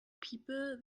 people